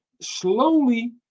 slowly